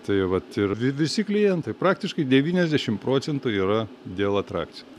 tai vat ir vi visi klientai praktiškai devyniasdešimt procentų yra dėl atrakcijų